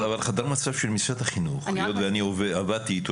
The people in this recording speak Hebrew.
אבל חדר מצב של משרד החינוך אני עבדתי איתו